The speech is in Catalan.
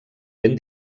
ben